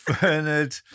Bernard